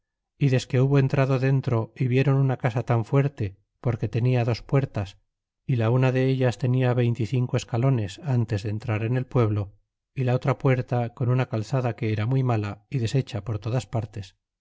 é desque hubo entrado dentro e vieron una casa tan fuerte porque tenia dos puertas y la una de ellas tenia veinte y cinco escalones antes de entrar en el pueblo y la otra puerta con una calzuda que era muy mala y deshecha por todas partes